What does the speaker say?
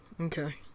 Okay